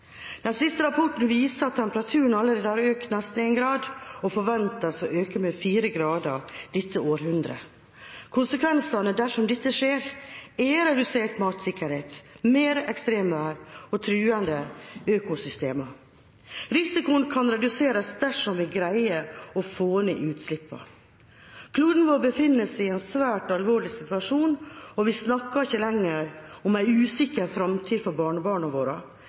Den siste rapporten viser at temperaturen allerede har økt nesten en grad, og forventes å øke med fire grader dette århundret. Konsekvensene dersom dette skjer, er redusert matsikkerhet, mer ekstremvær og truede økosystemer. Risikoen kan reduseres dersom vi greier å få ned utslippene. Vår klode befinner seg i en svært alvorlig situasjon. Vi snakker ikke lenger om en usikker fremtid for barnebarna våre.